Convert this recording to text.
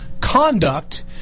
conduct